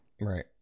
Right